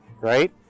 right